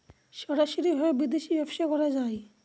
সরাসরি ভাবে বিদেশী ব্যবসা করা যায়